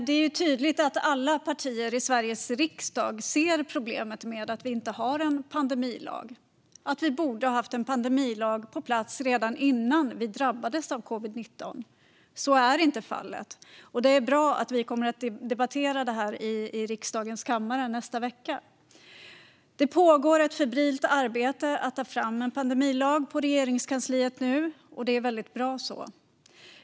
Det är tydligt att alla partier i Sveriges riksdag ser problemet med att vi inte har en pandemilag och att vi borde ha haft en pandemilag på plats redan innan vi drabbades av covid-19. Så är inte fallet, och det är bra att vi kommer att debattera detta i riksdagens kammare nästa vecka. Det pågår nu ett febrilt arbete på Regeringskansliet med att ta fram en pandemilag, och det är väldigt bra så.